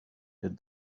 did